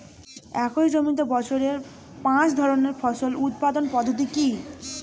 একই জমিতে বছরে পাঁচ ধরনের ফসল উৎপাদন পদ্ধতি কী?